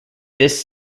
this